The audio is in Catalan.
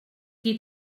qui